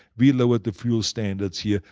we lowered the fuel standards here,